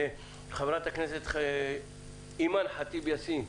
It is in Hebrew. ח"כ אימאן ח'טיב יאסין,